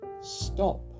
stop